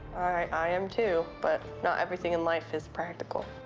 i am, too. but not everything in life is practical.